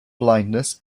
blindness